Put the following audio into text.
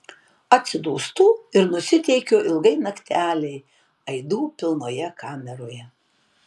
atsidūstu ir nusiteikiu ilgai naktelei aidų pilnoje kameroje